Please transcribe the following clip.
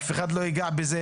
אף אחד לא ייגע בהם,